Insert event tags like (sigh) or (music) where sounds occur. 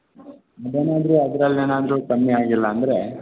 (unintelligible) ಅದ್ರಲ್ಲಿ ಏನಾದರೂ ಕಮ್ಮಿ ಆಗಿಲ್ಲ ಅಂದರೆ